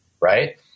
Right